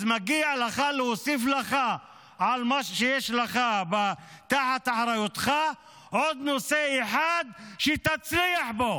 אז מגיע לך שיוסיפו למה שיש לך תחת אחריותך עוד נושא אחד שתצליח בו,